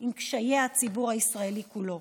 עם קשיי הציבור הישראלי כולו.